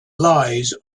lies